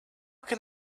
can